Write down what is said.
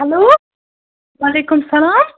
hello وعلیکُم سلام